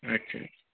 अच्छा